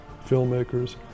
filmmakers